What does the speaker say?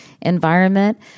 environment